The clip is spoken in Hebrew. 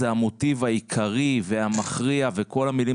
זה המוטיב העיקרי והמכריע וכל המילים